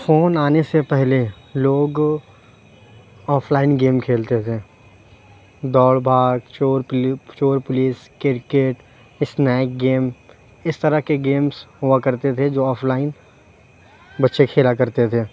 phone آنے سے پہلے لوگ آف لائن گیم کھیلتے تھے دوڑ بھاگ چور چور پولیس کرکٹ اسنیک گیم اس طرح کے گیمس ہوا کرتے تھے جو آف لائن بچے کھیلا کرتے تھے